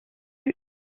fut